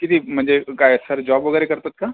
किती म्हणजे काय एखादा जॉब वगैरे करतात का